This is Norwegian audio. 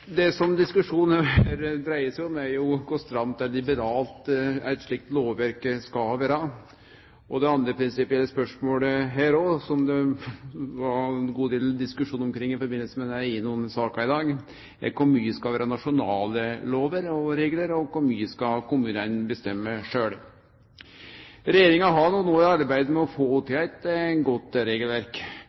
Det som diskusjonen dreier seg om, er kor stramt eller kor liberalt eit slikt lovverk skal vere. Det andre prinsipielle spørsmålet her – som det òg var ein god del diskusjon omkring i samband med eigedomssaka i dag – er kor mykje som skal vere nasjonale lover og reglar, og kor mykje kommunane skal kunne bestemme sjølv. Regjeringa har no arbeidd med å få til eit godt regelverk.